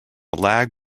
lag